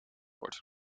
wordt